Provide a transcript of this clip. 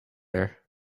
her